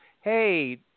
Hey